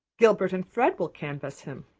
gilbert and fred will canvass him.